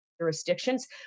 jurisdictions